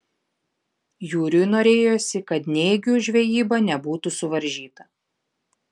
jūriui norėjosi kad nėgių žvejyba nebūtų suvaržyta